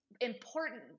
important